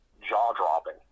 jaw-dropping